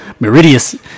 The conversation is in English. Meridius